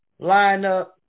lineup